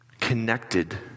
connected